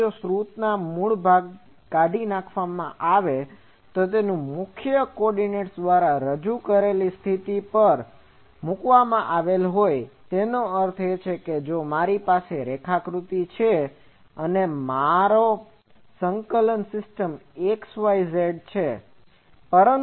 તેથી જો સ્રોતને મૂળમાંથી કાઢી નાખવામાં આવે અને તે મુખ્ય કોઓર્ડિનેટ્સ દ્વારા રજૂ કરેલી સ્થિતિ પર મૂકવામાં આવેલ હોયએનો અર્થ છે કે જો મારી પાસે આ રેખાકૃતિ છે અને આ મારી સંકલન સિસ્ટમ xyz છે